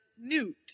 newt